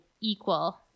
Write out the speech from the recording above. equal